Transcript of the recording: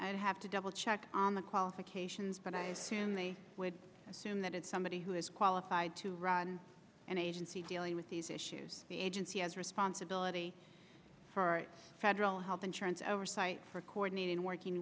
i'd have to double check on the qualifications but i assume they would assume that it's somebody who is qualified to run an agency dealing with these issues the agency has responsibility for our federal health insurance oversight for coordinating working